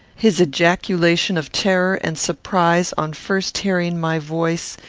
his ejaculation of terror and surprise on first hearing my voice,